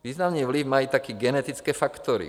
Významný vliv mají také genetické faktory.